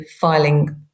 filing